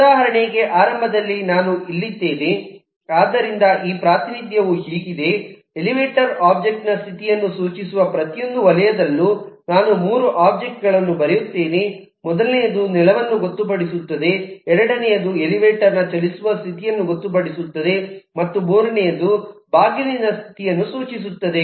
ಉದಾಹರಣೆಗೆ ಆರಂಭದಲ್ಲಿ ನಾನು ಇಲ್ಲಿದ್ದೇನೆ ಆದ್ದರಿಂದ ಈ ಪ್ರಾತಿನಿಧ್ಯವು ಹೀಗಿದೆ ಎಲಿವೇಟರ್ ಒಬ್ಜೆಕ್ಟ್ ನ ಸ್ಥಿತಿಯನ್ನು ಸೂಚಿಸುವ ಪ್ರತಿಯೊಂದು ವಲಯದಲ್ಲೂ ನಾನು 3 ಒಬ್ಜೆಕ್ಟ್ ಗಳನ್ನು ಬರೆಯುತ್ತೇನೆ ಮೊದಲನೆಯದು ನೆಲವನ್ನು ಗೊತ್ತುಪಡಿಸುತ್ತದೆ ಎರಡನೆಯದು ಎಲಿವೇಟರ್ ನ ಚಲಿಸುವ ಸ್ಥಿತಿಯನ್ನು ಗೊತ್ತುಪಡಿಸುತ್ತದೆ ಮತ್ತು ಮೂರನೆಯದು ಬಾಗಿಲಿನ ಸ್ಥಿತಿಯನ್ನು ಸೂಚಿಸುತ್ತದೆ